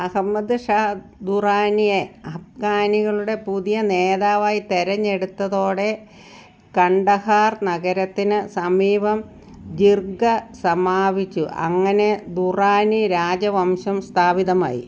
അഹമദ് ഷാ ദുറാനിയെ അഫ്ഗാനികളുടെ പുതിയ നേതാവായി തിരഞ്ഞെടുത്തതോടെ കണ്ഡഹാർ നഗരത്തിന് സമീപം ജിർഗ സമാപിച്ചു അങ്ങനെ ദുറാനി രാജവംശം സ്ഥാപിതമായി